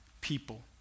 people